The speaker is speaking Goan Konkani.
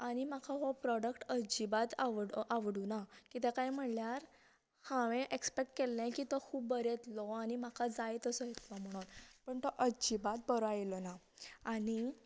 आनी म्हाका हो प्रॉडक्ट अज्जिबात आवड आवडूना किते काय म्हणल्यार हांवें ऍक्सपॅक्ट केल्लो की तो खूब बरो येतलो म्हाका जाय तसो येतलो म्हणून पूण तो अज्जिबात बरो आयलोना आनी